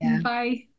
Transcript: Bye